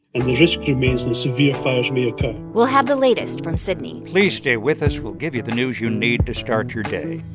and the rescue means more severe fires may occur we'll have the latest from sydney please stay with us. we'll give you the news you need to start your day